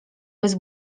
bez